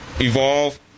evolve